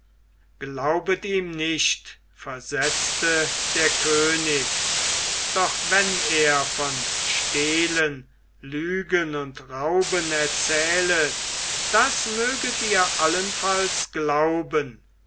glaubet ihm nicht versetzte der könig doch wenn er von stehlen lügen und rauben erzählet das möget ihr allenfalls glauben